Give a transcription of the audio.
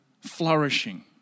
flourishing